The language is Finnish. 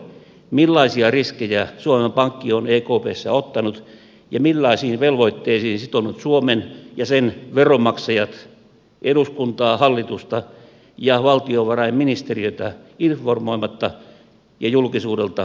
millaisia riskejä suomen pankki on ekpssä ottanut ja millaisiin velvoitteisiin sitonut suomen ja sen veronmaksajat eduskuntaa hallitusta ja valtiovarainministeriötä informoimatta ja julkisuudelta salassa